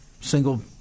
single